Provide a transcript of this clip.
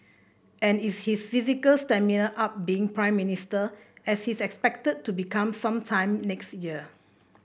and is his physical stamina up being Prime Minister as he is expected to become some time next year